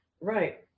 right